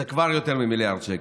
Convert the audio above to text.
זה כבר יותר ממיליארד שקל.